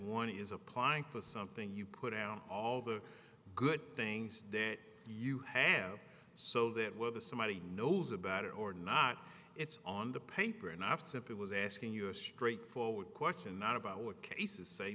one is applying to something you put out all the good things that you have so that whether somebody knows about it or not it's on the paper in ops if it was asking you a straightforward question not about what cases say